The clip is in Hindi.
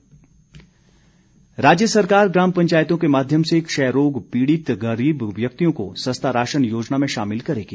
वीरेन्द्र कंवर राज्य सरकार ग्राम पंचायतों के माध्यम से क्षयरोग पीड़ित गरीब व्यक्तियों को सस्ता राशन योजना में शामिल करेगी